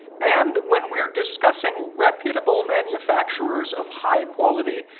and when we're discussing reputable manufacturers of high quality,